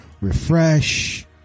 Refresh